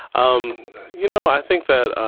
um you know i think that